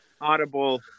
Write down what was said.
Audible